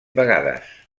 vegades